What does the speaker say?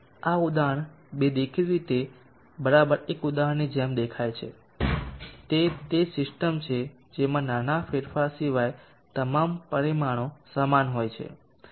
આ ઉદાહરણ બે દેખીતી રીતે બરાબર એક ઉદાહરણની જેમ દેખાય છે તે તે જ સિસ્ટમ છે જેમાં નાના ફેરફાર સિવાય તમામ પરિમાણો સમાન હોય છે